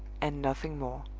and nothing more.